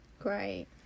Great